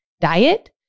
diet